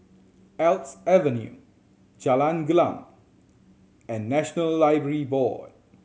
Alps Avenue Jalan Gelam and National Library Board